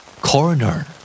Coroner